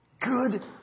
Good